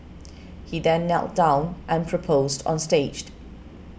he then knelt down and proposed on staged